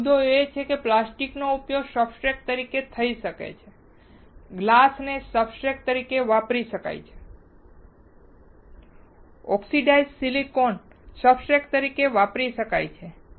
તેથી મુદ્દો એ છે કે પ્લાસ્ટિકનો ઉપયોગ સબસ્ટ્રેટ તરીકે થઈ શકે છે ગ્લાસ ને સબસ્ટ્રેટ તરીકે વાપરી શકાય છે ઓક્સિડાઇઝ્ડ સિલિકોન સબસ્ટ્રેટ તરીકે વાપરી શકાય છે